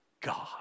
God